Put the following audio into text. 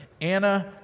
Anna